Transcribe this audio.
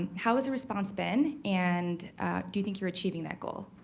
how has the response been and do you think you're achieving that goal?